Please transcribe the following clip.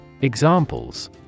Examples